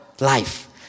life